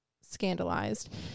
scandalized